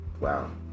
wow